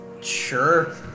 Sure